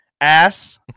ass